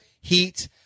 heat